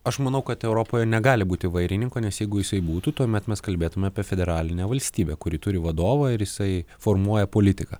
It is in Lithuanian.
aš manau kad europoje negali būti vairininko nes jeigu jisai būtų tuomet mes kalbėtume apie federalinę valstybę kuri turi vadovą ir jisai formuoja politiką